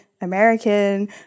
American